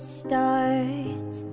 start